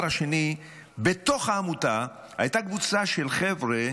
בתוך העמותה הייתה קבוצה של חבר'ה